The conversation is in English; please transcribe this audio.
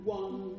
one